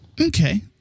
Okay